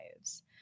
lives